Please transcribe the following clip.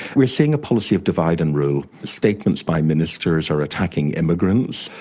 we're seeing a policy of divide and rule. statements by ministers are attacking immigrants,